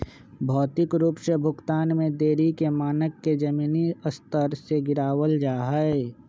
भौतिक रूप से भुगतान में देरी के मानक के जमीनी स्तर से गिरावल जा हई